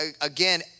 Again